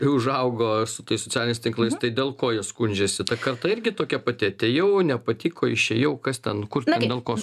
užaugo su tais socialiniais tinklais tai dėl ko jie skundžiasi ta karta irgi tokia pati atėjau nepatiko išėjau kas ten kur ten dėl ko